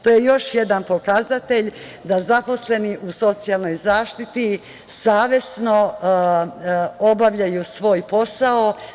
To je još jedan pokazatelj da zaposleni u socijalnoj zaštiti savesno obavljaju svoj posao.